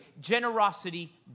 generosity